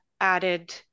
added